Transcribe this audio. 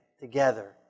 together